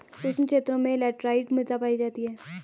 उष्ण क्षेत्रों में लैटराइट मृदा पायी जाती है